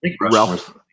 Ralph